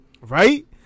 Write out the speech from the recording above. Right